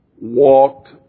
walked